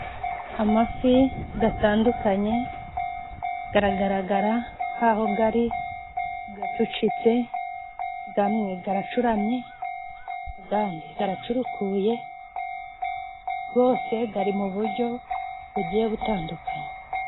Amafi gatandukanye garagaragara nk'aho gari gacucitse .Gamwe garacuramye agandi garacurukuye gose gari mu bujyo bugiye butandukanye.